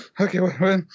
Okay